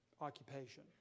occupation